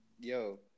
Yo